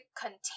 contain